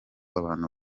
abantu